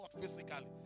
physically